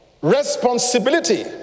responsibility